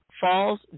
Falls